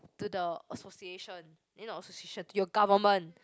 to the association eh not association your government